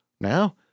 Now